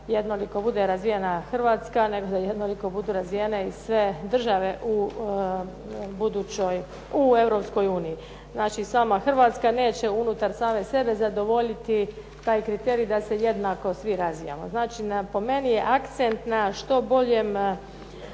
jednoliko bude razvijena Hrvatska, nego da jednoliko budu razvijene i sve države u Europskoj uniji. Znači sama Hrvatska neće unutar same sebe zadovoljiti taj kriterij da se jednako svi razvijamo. Znači po meni je akcent na što boljem